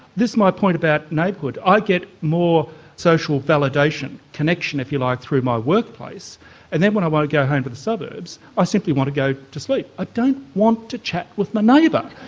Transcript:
this is my point about neighbourhood, i get more social validation, connection of you like, through my workplace and then when i want to go home to the suburbs i simply want to go to sleep. i don't want to chat with my neighbour!